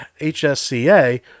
HSCA